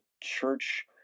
church